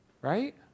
right